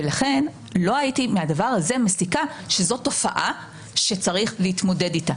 לכן לא הייתי מהדבר הזה מסיקה שזאת תופעה שצריך להתמודד איתה.